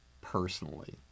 personally